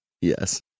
Yes